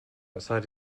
outside